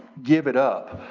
give it up.